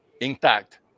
intact